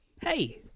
Hey